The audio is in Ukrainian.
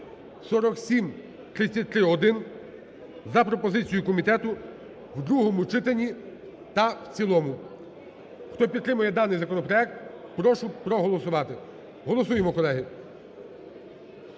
(4733-1) за пропозицією комітету в другому читанні та в цілому. Хто підтримує даний законопроект, прошу проголосувати. Голосуємо, колеги.